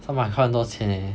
三百块很多钱 leh